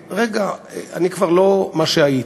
רגע, אני כבר לא מה שהייתי.